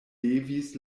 levis